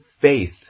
faith